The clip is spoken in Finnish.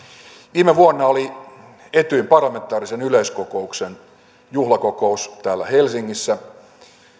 viime vuonna oli etyjin parlamentaarisen yleiskokouksen juhlakokous täällä helsingissä